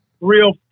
real